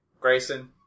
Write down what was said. Grayson